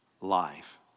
life